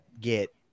get